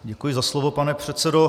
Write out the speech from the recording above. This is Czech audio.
Děkuji za slovo, pane předsedo.